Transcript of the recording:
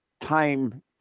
time